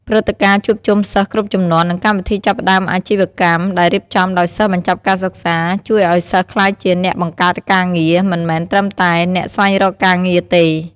ព្រឹត្តិការណ៍ជួបជុំសិស្សគ្រប់ជំនាន់ និងកម្មវិធីចាប់ផ្តើមអាជីវកម្មដែលរៀបចំដោយសិស្សបញ្ចប់ការសិក្សា ជួយឲ្យសិស្សក្លាយជាអ្នកបង្កើតការងារ មិនមែនត្រឹមតែអ្នកស្វែងរកការងារទេ។